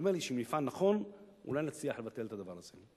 נדמה לי שאם נפעל נכון אולי נצליח לבטל את הדבר הזה.